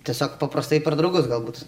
tiesiog paprastai per draugus galbūt